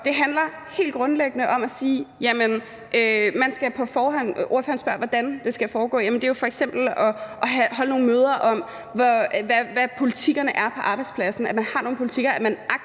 det handler helt grundlæggende om at sige, at man på forhånd skal gøre det. Ordføreren spørger, hvordan det skal foregå. Det er jo f.eks. at holde nogle møder om, hvad politikkerne er på arbejdspladsen